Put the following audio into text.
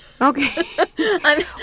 Okay